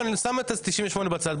אני שם את 98 בצד,